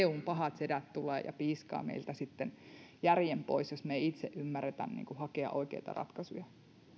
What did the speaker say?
eun pahat sedät tulee ja piiskaa meiltä sitten järjen pois jos me emme itse ymmärrä hakea oikeita ratkaisuja